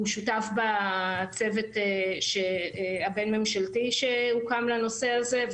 הוא שותף בצוות הבין ממשלתי שהוקם לנושא הזה.